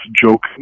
joke